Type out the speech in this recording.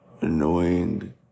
annoying